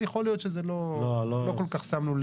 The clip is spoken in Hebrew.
כשנגיע להארכת הוראת השעה,